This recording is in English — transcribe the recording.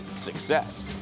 success